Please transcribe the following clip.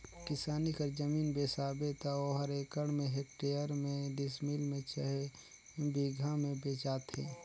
किसानी कर जमीन बेसाबे त ओहर एकड़ में, हेक्टेयर में, डिसमिल में चहे बीघा में बेंचाथे